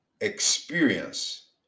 experience